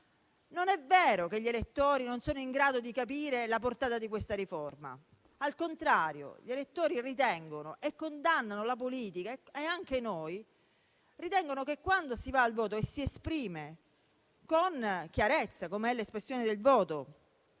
Non è vero che gli elettori non sono in grado di capire la portata di questa riforma. Al contrario, gli elettori ritengono - e condannano la politica, anche noi - che, quando si va al voto e si esprime con chiarezza una preferenza, com'è l'espressione del voto,